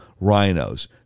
rhinos